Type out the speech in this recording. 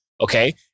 okay